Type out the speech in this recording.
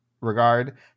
regard